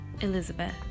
Elizabeth